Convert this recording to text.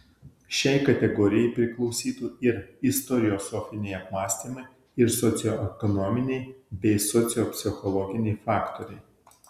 šiai kategorijai priklausytų ir istoriosofiniai apmąstymai ir socioekonominiai bei sociopsichologiniai faktoriai